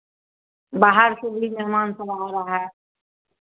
बाहर से भी मेहमान सब आ रहा है